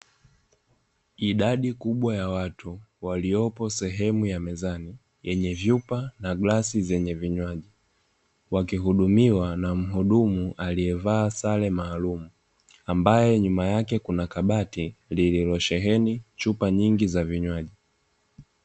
Idadi kubwa ya watu wakiwa sehemu ya vinywaji na glasi zenye vinywaji, wakihudumiwa na wahudumu ambae nyuma yake kuna kabati lililosheheni vinywaji.